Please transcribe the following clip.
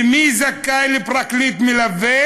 ומי זכאי לפרקליט מלווה?